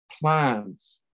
plans